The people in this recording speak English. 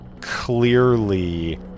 clearly